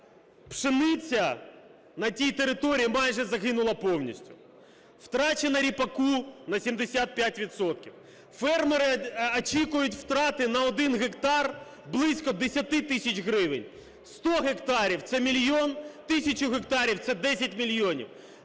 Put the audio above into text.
пшениця на тій території майже загинула повністю, втрачено ріпаку на 75 відсотків. Фермери очікують втрати на 1 гектар близько 10 тисяч гривень, 100 гектарів - це 1 мільйон, тисячу гектарів - це 10 мільйонів.